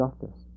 justice